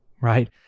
right